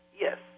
Yes